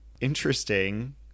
interesting